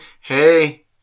hey